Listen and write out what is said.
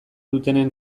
dutenen